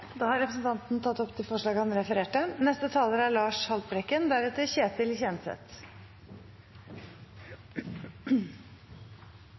Da har representanten Sverre Myrli tatt opp de forslagene han refererte til. Folk er